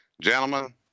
Gentlemen